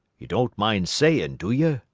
you don't mind sayin', do ye?